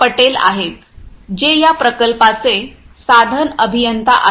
पटेल आहेत जे या प्रकल्पाचे साधन अभियंता आहेत